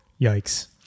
yikes